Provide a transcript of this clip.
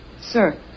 Sir